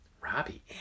Robbie